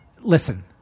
listen